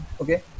okay